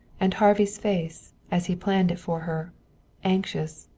and harvey's face, as he planned it for her anxious,